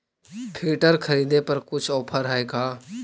Filter खरिदे पर कुछ औफर है का?